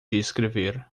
escrever